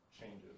changes